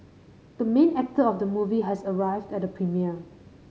the main actor of the movie has arrived at the premiere